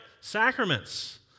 sacraments